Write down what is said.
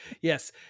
yes